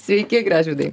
sveiki gražvydai